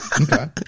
Okay